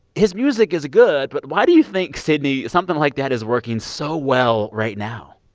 his music is good. but why do you think, sidney, something like that is working so well right now?